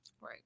Right